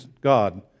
God